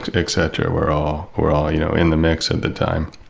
etc, were all were all you know in the mix at the time.